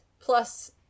plus